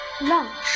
Lunch